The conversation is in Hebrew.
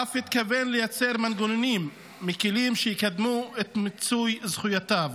ואף התכוון לייצר מנגנונים מקילים שיקדמו את מיצוי זכויותיו.